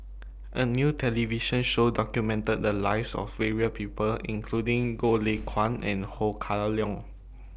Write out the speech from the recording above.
A New television Show documented The Lives of various People including Goh Lay Kuan and Ho Kah Leong